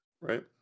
right